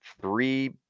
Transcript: three